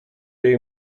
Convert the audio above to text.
jej